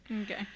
Okay